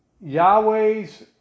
Yahweh's